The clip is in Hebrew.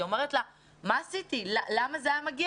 והיא שואלת אותה מה היא עשתה ולמה זה היה מגיע